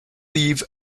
leave